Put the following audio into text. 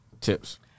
Tips